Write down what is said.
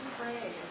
pray